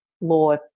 law